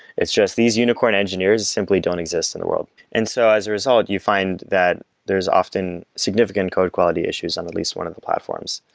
it's just these unicorn engineers simply don't exist in the world and so as a result, you find that there's often significant code quality issues on at least one of the platforms.